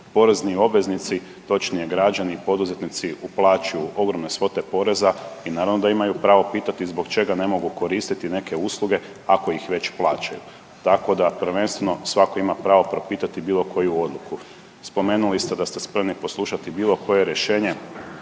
Porezni obveznici točnije građani i poduzetnici uplaćuju ogromne svote poreza i naravno da imaju pravo pitati zbog čega ne mogu koristiti neke usluge ako ih već plaćaju, tako da prvenstveno svako ima pravo propitati bilo koju odluku. Spomenuli ste da ste spremni poslušati bilo koje rješenje